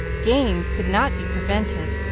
games could not be prevented,